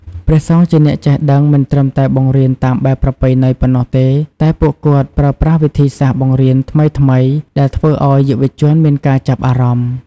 ព្រះសង្ឃជាអ្នកចេះដឹងមិនត្រឹមតែបង្រៀនតាមបែបប្រពៃណីប៉ុណ្ណោះទេ តែពួកគាត់ប្រើប្រាស់វិធីសាស្ត្របង្រៀនថ្មីៗដែលធ្វើឲ្យយុវជនមានការចាប់អារម្មណ៍។